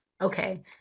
okay